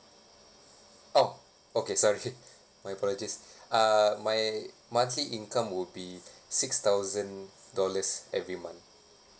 orh okay sorry my apologies uh my monthly income would be six thousand dollars every month